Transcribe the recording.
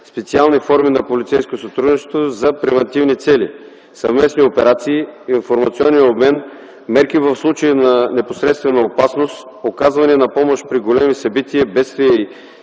специални форми на полицейско сътрудничество за превантивни цели (съвместни операции, информационен обмен, мерки в случай на непосредствена опасност, оказване на помощ при големи събития, бедствия и